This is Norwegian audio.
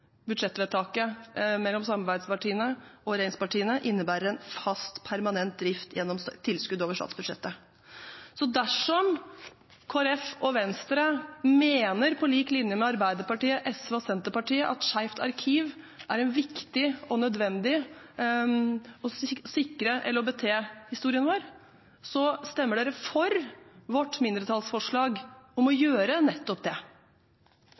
budsjettvedtaket mellom samarbeidspartiene og regjeringspartiene innebærer en fast permanent drift gjennom tilskudd over statsbudsjettet. Så dersom Kristelig Folkeparti og Venstre mener, på lik linje med Arbeiderpartiet, SV og Senterpartiet, at Skeivt arkiv er viktig og nødvendig for å sikre LHBT-historien vår, stemmer dere for vårt mindretallsforslag om å gjøre nettopp det.